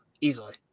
Easily